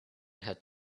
had